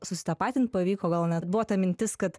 susitapatint pavyko gal net buvo ta mintis kad